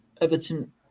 Everton